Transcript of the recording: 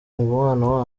mubano